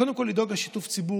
קודם כול לדאוג לשיתוף הציבור.